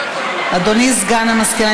אדוני סגן המזכירה,